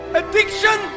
addiction